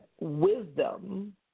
Wisdom